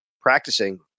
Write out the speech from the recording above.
practicing